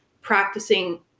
practicing